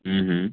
ह्म हम्म